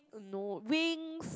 no winks